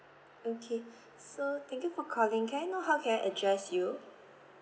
okay so thank you for calling can I know how can I address you